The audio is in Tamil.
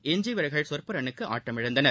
எஞ்சியவீரா்கள் சொற்பரன்னுக்குஆட்டமிழந்தனர்